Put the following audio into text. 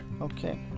Okay